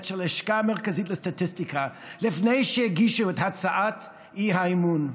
של הלשכה המרכזית לסטטיסטיקה לפני שהגישו את הצעת האי-אמון.